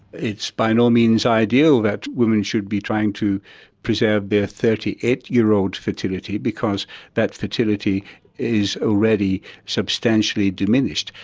it's by no means ideal that women should be trying to preserve their thirty eight year old fertility because that fertility is already substantially diminished.